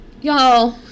y'all